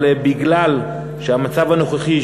אבל בגלל המצב הנוכחי,